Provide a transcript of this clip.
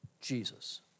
Jesus